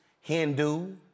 Hindu